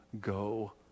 go